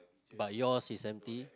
but yours is empty